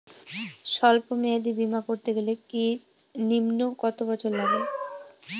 সল্প মেয়াদী বীমা করতে গেলে নিম্ন কত বছর লাগে?